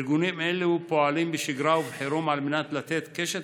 ארגונים אלו פועלים בשגרה ובחירום לתת קשת